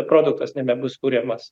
produktas nebebus kuriamas